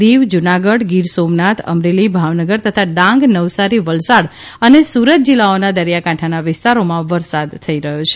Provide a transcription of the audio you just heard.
દિવ જૂનાગઢ ગિર સોમનાથ અમરેલી ભાવનગર તથા ડાંગ નવસારી વલસાડ અને સુરત જિલ્લાઓના દરિયાકાઠાંના વિસ્તારોમા વરસાદ થઇ રહ્યો છે